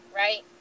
right